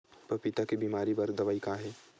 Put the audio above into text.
पपीता के बीमारी बर दवाई का हे?